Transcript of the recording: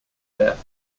death